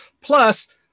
Plus